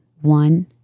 one